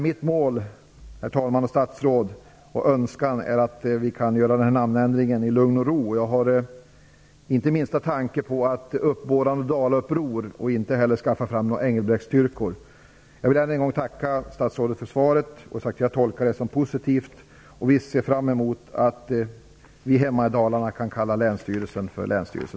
Mitt mål och önskan, herr talman och herr statsråd, är att vi kan göra den här namnändringen i lugn och ro. Jag har inte den minsta tanke på att uppbåda ett Dalauppror eller att skaffa fram några Engelbrektsstyrkor. Jag vill än en gång tacka statsrådet för svaret. Jag tolkar det positivt. Vi ser fram emot att vi hemma i Dalarna kan kalla Länsstyrelsen för Länsstyrelsen